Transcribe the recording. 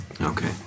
Okay